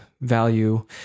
Value